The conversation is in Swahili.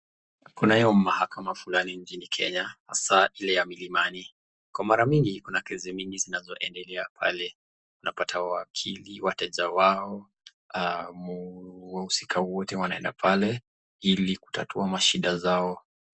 Kunayo mahakama Fulani nchini Kenya ambayo hasaa Ile ya milimani kwa mara mingi Kuna kesi mingi ambazo zinaendelea pale, unapata wakili mteja wao, wahusikavwote wanapenda pale Ili kutatua mashida zao.